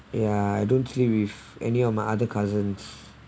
ya I don't sleep with any of my other cousins